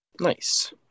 Nice